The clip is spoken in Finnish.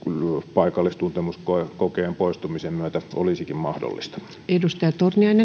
paikallistuntemuskokeen poistumisen myötä olisikin mahdollista